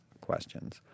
questions